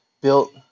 built